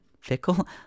Fickle